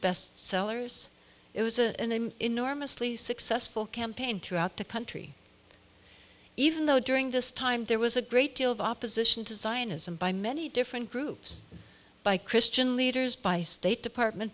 bestsellers it was and i'm enormously successful campaign throughout the country even though during this time there was a great deal of opposition to zionism by many different groups by christian leaders by state department